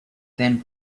then